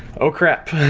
oh, crap.